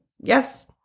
yes